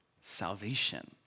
salvation